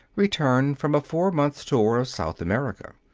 returned from a four months' tour of south america.